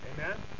Amen